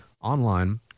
online